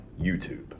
YouTube